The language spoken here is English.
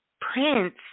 Prince